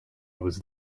was